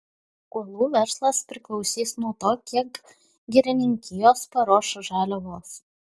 kuolų verslas priklausys nuo to kiek girininkijos paruoš žaliavos